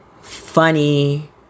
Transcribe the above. funny